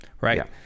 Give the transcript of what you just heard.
right